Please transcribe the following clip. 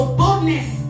boldness